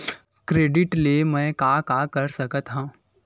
Credit ले मैं का का कर सकत हंव?